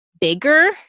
bigger